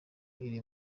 iri